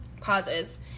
causes